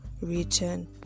return